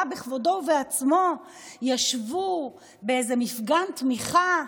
בכבודו ובעצמו ישבו באיזה מפגן תמיכה,